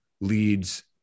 leads